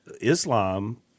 Islam